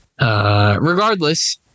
Regardless